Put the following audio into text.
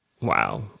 Wow